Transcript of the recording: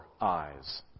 eyes